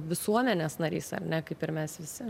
visuomenės narys ar ne kaip ir mes visi